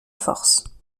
force